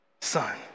Son